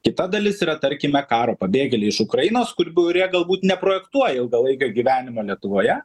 kita dalis yra tarkime karo pabėgėliai iš ukrainos kurie galbūt neprojektuoja ilgalaikio gyvenimo lietuvoje